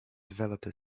developed